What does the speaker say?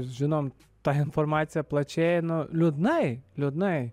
žinom tą informaciją plačiai nu liūdnai liūdnai